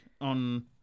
on